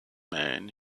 man